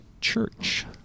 Church